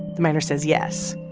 the miner says yes.